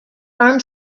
arms